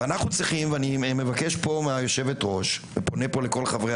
אני מבקש מן היושבת-ראש ופונה לכל חברי